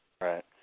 Right